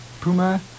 Puma